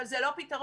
אבל זה לא פתרון.